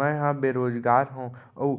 मैं ह बेरोजगार हव अऊ